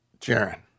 Jaron